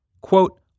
quote